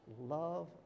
love